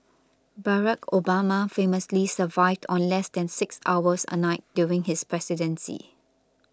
Barack Obama famously survived on less than six hours a night during his presidency